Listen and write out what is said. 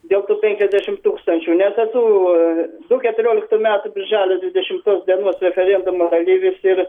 dėl tų penkiasdešim tūkstančių nes esu du keturioliktų metų birželio dvidešimtos dienos referendumo dalyvis ir